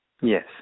Yes